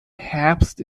herbst